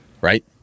right